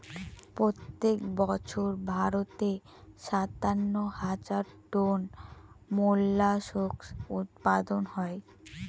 প্রত্যেক বছর ভারতে সাতান্ন হাজার টন মোল্লাসকস উৎপাদন হয়